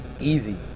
Easy